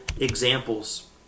examples